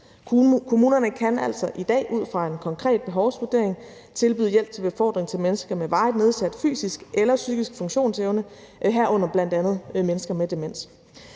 Kommunerne kan altså i dag ud fra en konkret behovsvurdering tilbyde hjælp til befordring til mennesker med varigt nedsat fysisk eller psykisk funktionsevne, herunder bl.a. mennesker med demens.